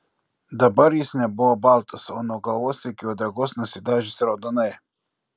dabar jis nebuvo baltas o nuo galvos iki uodegos nusidažęs raudonai